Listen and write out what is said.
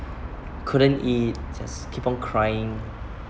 couldn't eat just keep on crying